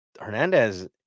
Hernandez